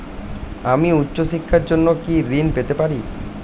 আমি উচ্চশিক্ষার জন্য কি ঋণ পেতে পারি?